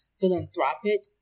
philanthropic